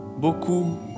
Beaucoup